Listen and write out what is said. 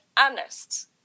honest